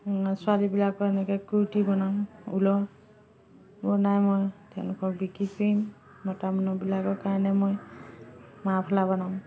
ছোৱালীবিলাকৰ এনেকে কুৰ্তি বনাম উলৰ বনাই মই তেওঁলোকক বিক্ৰী কৰিম মতা মানুহবিলাকৰ কাৰণে মই মাফলা বনাম